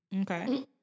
Okay